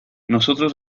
nosotros